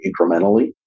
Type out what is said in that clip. incrementally